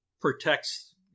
protects